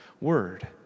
word